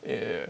yeah